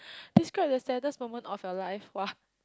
describe the saddest moment of your life !wah!